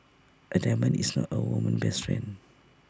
A diamond is not A woman's best friend